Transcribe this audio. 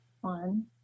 one